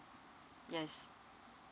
yes